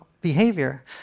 behavior